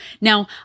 Now